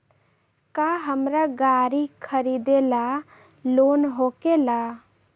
का हमरा गारी खरीदेला लोन होकेला?